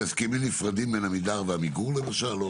זה הסכמים נפרדים בין עמידר ועמיגור למשל?